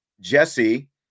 Jesse